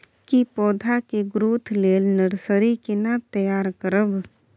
की पौधा के ग्रोथ लेल नर्सरी केना तैयार करब?